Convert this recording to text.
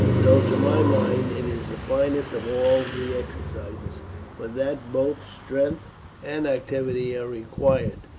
though, to my mind, it is the finest of all the exercises for that both strength and activity are required,